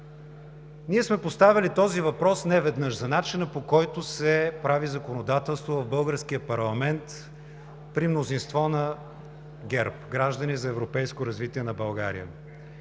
сме поставяли този въпрос – за начина, по който се прави законодателство в българския парламент при мнозинство на ГЕРБ – Граждани за европейско развитие на България.